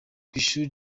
kwishuri